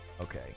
Okay